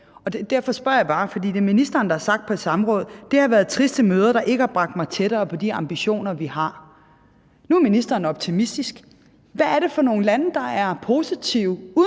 hemmeligt afrikansk land. Det er ministeren, der har sagt på et samråd: Det har været triste møder, der ikke har bragt mig tættere på de ambitioner, vi har. Nu er ministeren optimistisk. Derfor spørger jeg bare: Hvad er det